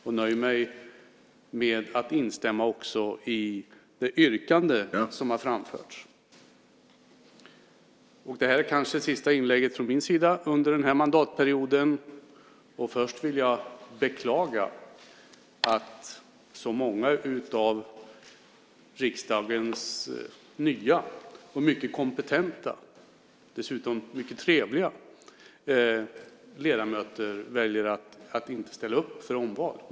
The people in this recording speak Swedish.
Jag nöjer mig med att instämma i det yrkande som har framförts. Det här är kanske det sista inlägget från min sida under den här mandatperioden. Först vill jag beklaga att så många av riksdagens nya, mycket kompetenta och dessutom mycket trevliga ledamöter väljer att inte ställa upp för omval.